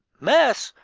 mess?